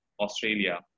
Australia